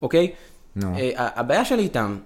אוקיי הבעיה שלי איתם.